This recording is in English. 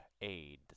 aid